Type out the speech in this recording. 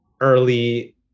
early